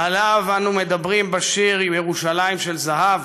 שעליו אנו מדברים בשיר "ירושלים של זהב"?